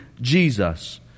Jesus